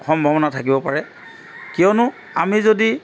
সম্ভাৱনা থাকিব পাৰে কিয়নো আমি যদি